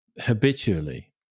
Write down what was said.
habitually